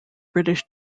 british